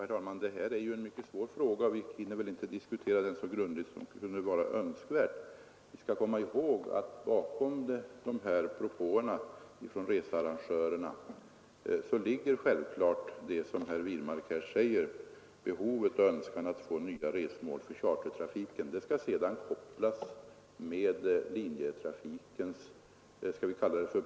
Herr talman! Det här är ju en mycket svår fråga, och vi hinner väl inte diskutera den så grundligt som kunde ha varit önskvärt. Bakom propåerna från researrangörerna ligger självklart det som herr Wirmark påpekade, nämligen behovet av och önskan om att få nya resmål för chartertrafiken. Det skall sedan kopplas med linjetrafikens mål.